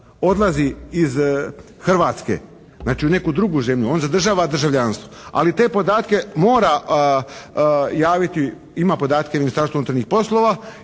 odlazi iz Hrvatske, znači u neku drugu zemlju, on zadržava državljanstvo ali te podatke mora javiti, ima podatke u Ministarstvu unutarnjih poslova